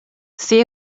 see